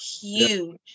huge